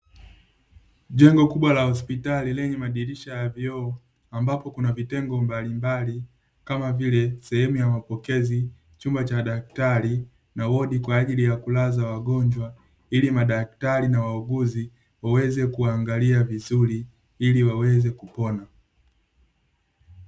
Jengo kubwa la hospitali lenye madirisha ya vioo, ambapo kuna vitengo mbalimbali kama vile: sehemu ya mapokezi, chumba cha daktari, na wodi kwa ajili ya kulaza wagonjwa. Ili madaktari na wauguzi waweze kuangalia vizuri, ili waweze kuona.